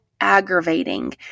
aggravating